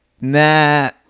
Nah